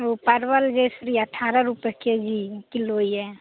ओ परमल जयश्री अठारह रूपए केजी किलो यऽ